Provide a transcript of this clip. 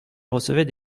recevaient